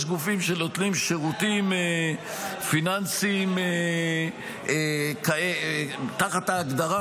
יש גופים שנותנים שירותים פיננסיים תחת ההגדרה,